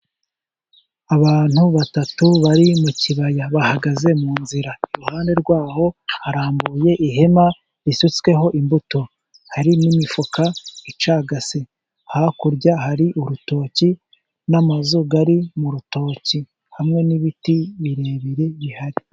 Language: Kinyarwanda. Abantu batatu bari mu kibaya bahagaze mu nzira, iruhande rwaho harambuye ihema risutsweho imbuto hari n'imifuka icagase, hakurya hari urutoki n'amazu ari mu rutoki hamwe n'ibiti birebire bihari.